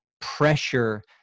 pressure